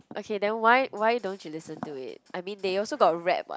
okay then why why don't you listen to it I mean they also got rap [what]